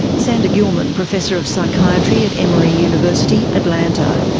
sander gilman, professor of psychiatry at emory university, atlanta.